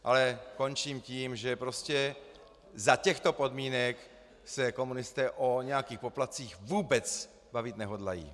Ale končím tím, že prostě za těchto podmínek se komunisté o nějakých poplatcích vůbec bavit nehodlají.